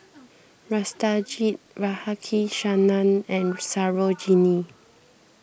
Satyajit Radhakrishnan and Sarojini